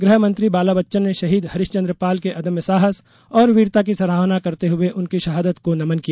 गृह मंत्री बाला बच्चन ने शहीद हरीशचन्द्र पाल के अदम्य साहस और वीरता की सराहना करते हुए उनकी शहादत को नमन किया